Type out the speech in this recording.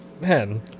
Man